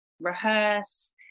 rehearse